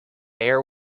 air